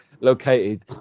located